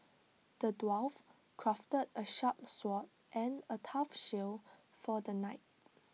the dwarf crafted A sharp sword and A tough shield for the knight